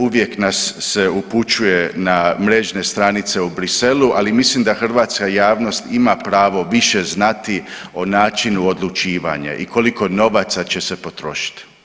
Uvijek nas se upućuje na mrežne stranice u Bruxellesu ali mislim da hrvatska javnost ima pravo više znati o načinu odlučivanja i koliko novaca će se potrošiti.